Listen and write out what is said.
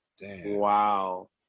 Wow